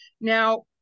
now